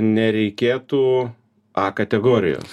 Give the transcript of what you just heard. nereikėtų a kategorijos